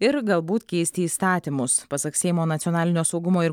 ir galbūt keisti įstatymus pasak seimo nacionalinio saugumo ir